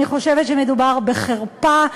אני חושבת שמדובר בחרפה.